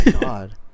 God